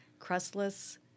crustless